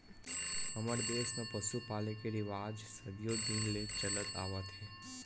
हमर देस म पसु पाले के रिवाज सदियो दिन ले चलत आवत हे